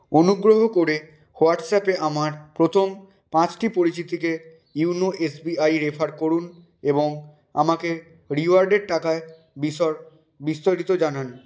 অনুগ্রহ করে হোয়াটস্যাপে আমার প্রথম পাঁচটি পরিচিতিকে ইয়োনো এসবিআই রেফার করুন এবং আমাকে রিওয়ার্ডের টাকায় বিষয় বিস্তারিত জানান